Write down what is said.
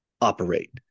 operate